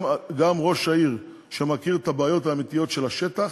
גם ראש עיר שמכיר את הבעיות האמיתיות של השטח,